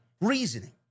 reasoning